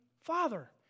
father